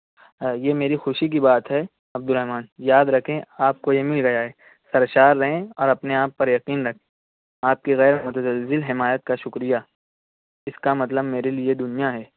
ہاں یہ میری خوشی کی بات ہے عبدالرحمٰن یاد رکھیں آپ کو یہ مل گیا ہے سرشار رہیں اور اپنے آپ پر یقین رکھیں آپ کی غیر متزلزل حمایت کا شکریہ اس کا مطلب میرے لئے دنیا ہے